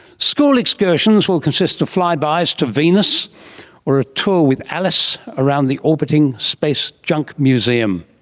school excursions will consist of flybys to venus or a tour with alice around the orbiting space junk museum.